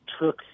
took